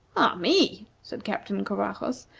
ah me! said captain covajos,